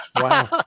wow